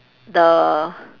the